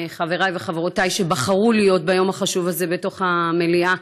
חבריי וחברותיי שבחרו להיות ביום החשוב הזה בתוך המליאה.